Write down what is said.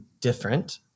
different